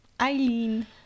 Eileen